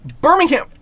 Birmingham